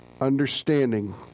understanding